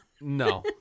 no